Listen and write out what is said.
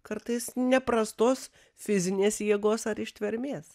kartais neprastos fizinės jėgos ar ištvermės